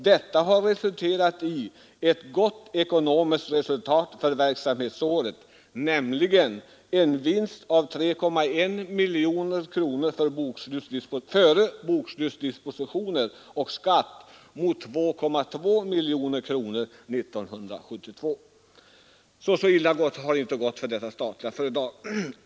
Detta har resulterat i ett gott ekonomiskt resultat för verksamhetsåret, nämligen en vinst av 3,1 Mkr före bokslutsdispositioner och skatt mot 2,2 Mkr under 1972.” Så illa har det alltså inte gått för detta statliga företag.